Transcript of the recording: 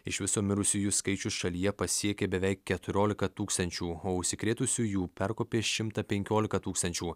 iš viso mirusiųjų skaičius šalyje pasiekė beveik keturioliką tūkstančių o užsikrėtusiųjų perkopė šimtą penkioliką tūkstančių